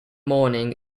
morning